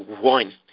one